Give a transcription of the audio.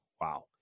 wow